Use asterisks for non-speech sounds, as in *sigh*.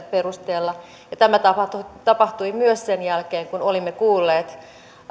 *unintelligible* perusteella tämä tapahtui myös sen jälkeen kun olimme kuulleet